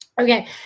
Okay